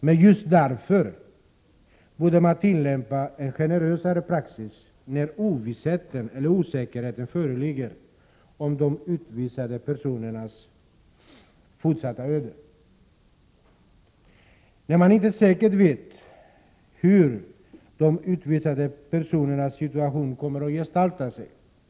Men just därför att osäkerhet föreligger om de utvisade personernas fortsatta öden, borde man tillämpa en generösare praxis. När man inte säkert vet hur de utvisade personernas situation kommer att gestalta sig, borde man, inte Prot.